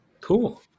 Cool